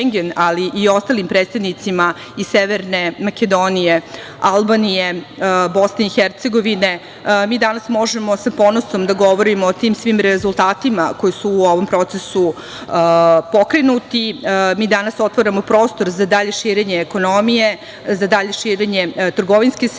ali i ostalim predstavnicima i Severne Makedonije, Albanije, BiH, mi danas možemo sa ponosom da govorimo o tim svim rezultatima koji su u ovom procesu pokrenuti. Mi danas otvaramo prostor za dalje širenje ekonomije, za dalje širenje trgovinske saradnje,